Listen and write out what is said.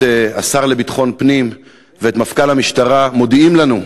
השר לביטחון פנים ואת מפכ"ל המשטרה מודיעים לנו,